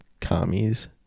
commies